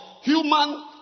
human